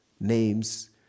names